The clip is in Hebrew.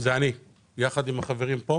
זה אני יחד עם החברים כאן